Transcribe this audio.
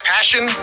Passion